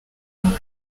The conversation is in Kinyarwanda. nawe